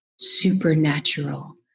supernatural